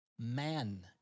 man